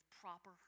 proper